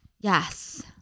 Yes